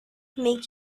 make